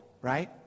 Right